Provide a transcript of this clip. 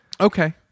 Okay